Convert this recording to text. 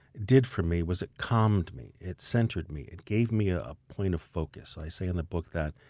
did for me was it calmed me. it centered me it gave me a point of focus. i say in the book that